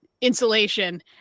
insulation